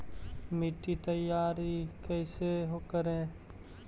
मिट्टी तैयारी कैसे करें?